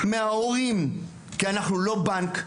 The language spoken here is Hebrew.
כי אנחנו לא בנק,